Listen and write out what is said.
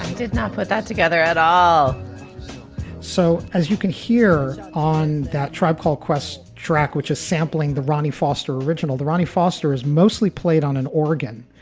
and did not put that together at all so as you can hear on that tribe called quest track, which is sampling the ronnie foster original, the ronnie foster is mostly played on an organ.